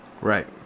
Right